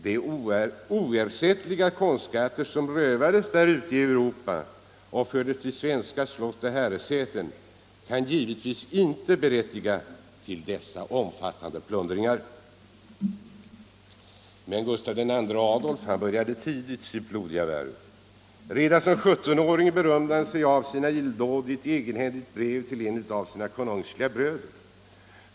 De oersättliga konstskatter som rövades ute i Europa och fördes till svenska slott och herresäten kan givetvis inte berättiga dessa omfattande plundringar. Men Gustav II Adolf började tidigt sitt blodiga värv. Redan som 17 åring berömde han sig av sina illdåd i ett egenhändigt brev till en av sina konungsliga bröder.